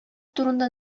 турында